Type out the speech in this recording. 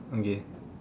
okay